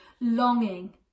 longing